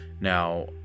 Now